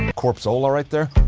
and corpse ola right there